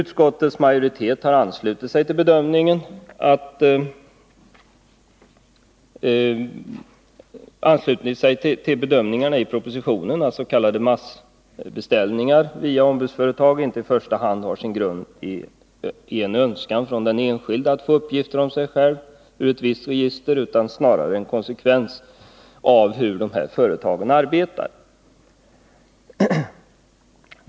Utskottets majoritet har anslutit sig till bedömningen i propositionen att s.k. massbeställningar via ombudsföretag inte i första hand har sin grund i en önskan från den enskilde att få uppgifter om sig själv ur ett visst register utan snarare är en konsekvens av hur de här företagen arbetar.